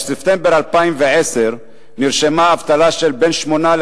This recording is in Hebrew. בספטמבר 2010 נרשמה אבטלה של בין 8%